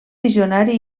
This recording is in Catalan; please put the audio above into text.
visionari